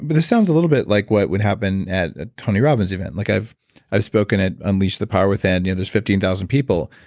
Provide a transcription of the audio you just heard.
but this sounds a little bit like what would happen at a tony robbins event. like i've i've spoken at unleash the power within, and yeah there's fifteen thousand people,